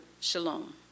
shalom